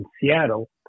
Seattle